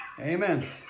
Amen